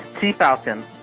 T-Falcon